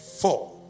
four